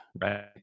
right